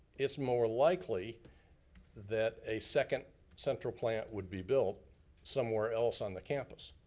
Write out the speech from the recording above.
its' more likely that a second central plant would be built somewhere else on the campus.